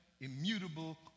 immutable